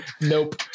nope